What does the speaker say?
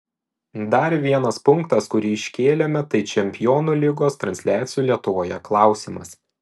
dar vienas punktas kurį iškėlėme tai čempionų lygos transliacijų lietuvoje klausimas